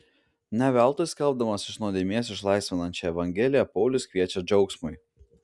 ne veltui skelbdamas iš nuodėmės išlaisvinančią evangeliją paulius kviečia džiaugsmui